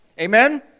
Amen